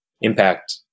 impact